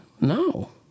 No